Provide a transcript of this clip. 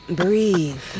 Breathe